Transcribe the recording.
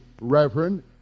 Reverend